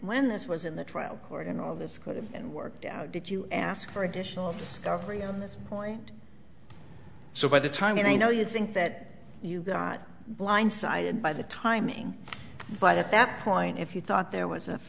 when this was in the trial court and all this quoted and worked out did you ask for additional discovery on this point so by the time and i know you think that you got blindsided by the timing but at that point if you thought there was